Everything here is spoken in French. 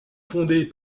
fondées